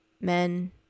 men